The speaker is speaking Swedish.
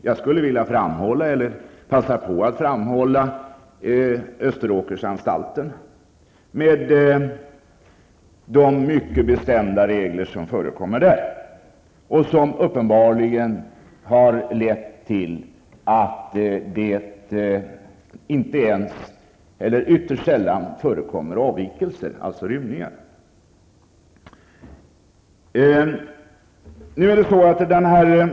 Jag skulle vilja passa på att framhålla Österåkersanstalten, med de mycket bestämda regler som förekommer där, vilka uppenbarligen har lett till att det ytterst sällan förekommer avvikelser, alltså rymningar.